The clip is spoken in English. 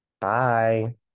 Bye